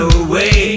away